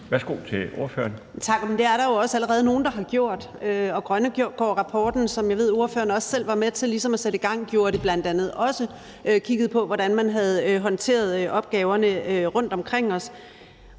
(SF): Tak. Men det er der jo allerede også nogle, der har gjort. Grønnegårdrapporten, som jeg ved ordføreren også selv var med til at sætte i gang, gjorde det bl.a. også. Den kiggede på, hvordan man havde håndteret opgaverne rundtomkring os,